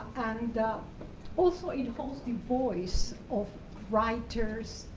and also it holds the voice of writers,